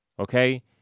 Okay